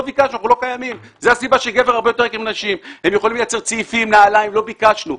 הם יכולים לייצר צעיפים, נעליים אבל לא ביקשנו.